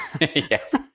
Yes